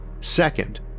Second